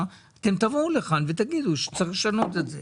אתם תבואו לכאן ותגידו שצריך לשנות את זה,